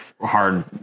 hard